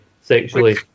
sexually